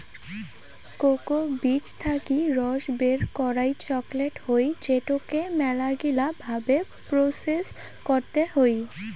cocoa বীজ থাকি রস বের করই চকলেট হই যেটোকে মেলাগিলা ভাবে প্রসেস করতে হই